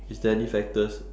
is there any factors